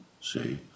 see